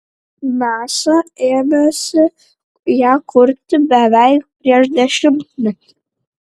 nasa ėmėsi ją kurti beveik prieš dešimtmetį